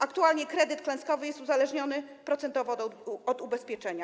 Aktualnie kredyt klęskowy jest uzależniony procentowo od ubezpieczenia.